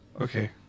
okay